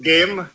Game